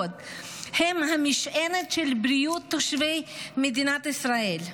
הם המשענת של בריאות תושבי מדינת ישראל,